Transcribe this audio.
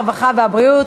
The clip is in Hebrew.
הרווחה והבריאות,